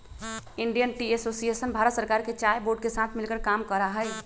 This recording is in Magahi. इंडियन टी एसोसिएशन भारत सरकार के चाय बोर्ड के साथ मिलकर काम करा हई